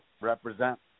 Represent